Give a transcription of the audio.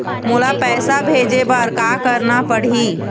मोला पैसा भेजे बर का करना पड़ही?